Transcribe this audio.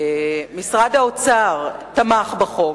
משרד האוצר תמך בחוק,